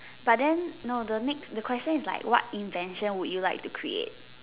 but then no the next the question is like what invention would you like to create